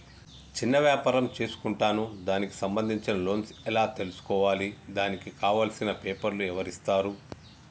చిన్న వ్యాపారం చేసుకుంటాను దానికి సంబంధించిన లోన్స్ ఎలా తెలుసుకోవాలి దానికి కావాల్సిన పేపర్లు ఎవరిస్తారు?